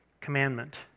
commandment